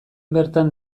bertan